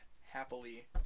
happily